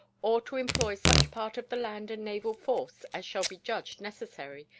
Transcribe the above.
or to employ such part of the land and naval forces as shall be judged necessary,